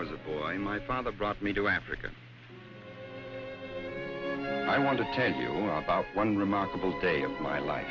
was a boy my father brought me to africa i want to tell you about one remarkable day of my life